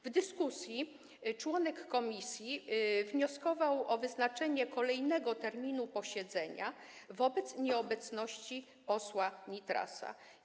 W dyskusji członek komisji wnioskował o wyznaczenie kolejnego terminu posiedzenia wobec nieobecności posła Nitrasa.